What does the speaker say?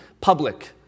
public